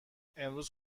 امروز